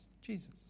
Jesus